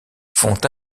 font